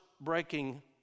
breaking